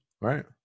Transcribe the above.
right